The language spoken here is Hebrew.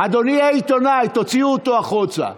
אדוני העיתונאי, תוציאו אותו החוצה.